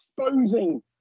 exposing